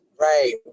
Right